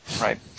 Right